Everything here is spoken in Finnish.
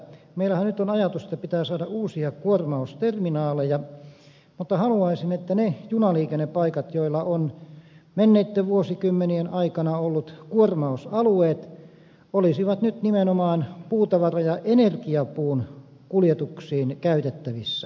meillähän nyt on ajatus että pitää saada uusia kuormausterminaaleja mutta haluaisin että ne junaliikennepaikat joilla on menneitten vuosikymmenien aikana ollut kuormausalueet olisivat nyt nimenomaan puutavara ja energiapuun kuljetuksiin käytettävissä